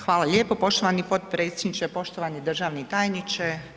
Hvala lijepo poštovani potpredsjedniče, poštovani državni tajniče.